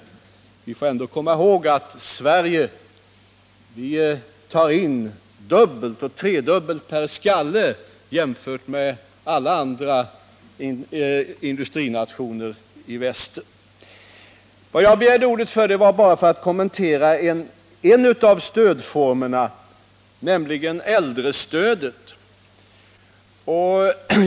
Vi får ändå komma ihåg att Sverige tar in dubbelt och tredubbelt mer per skalle än alla andra industrinationer i väster. Jag begärde ordet för att kommentera en av stödformerna, nämligen äldrestödet.